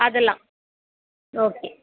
அதெல்லாம் ஓகே